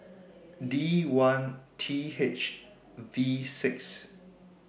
D one T H V six